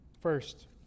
first